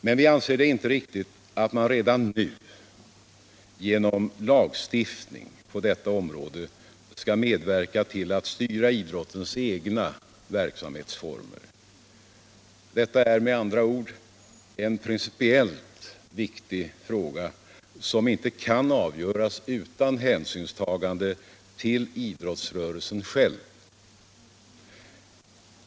Men vi anser det inte riktigt att man redan nu genom lagstiftning på detta område medverkar till att styra idrottens egna verksamhetsformer. Detta är med andra ord en principiellt viktig fråga, som inte kan avgöras utan hänsynstagande till idrottsrörelsen själv.